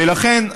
לכן,